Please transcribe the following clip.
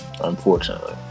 Unfortunately